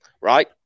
right